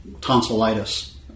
tonsillitis